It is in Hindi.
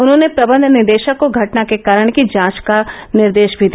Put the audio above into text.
उन्होंने प्रबंध निदेशक को घटना के कारण की जांच का भी निर्देश दिया